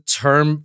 term